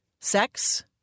sex